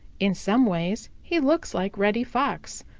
in some ways he looks like reddy fox.